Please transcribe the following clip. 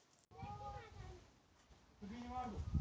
उपोत्पाद एक उत्पादन प्रक्रिया से प्राप्त एक द्वितीयक उत्पाद है